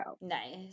Nice